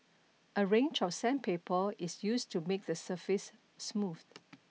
a range of sandpaper is used to make the surface smooth